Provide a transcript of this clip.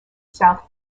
south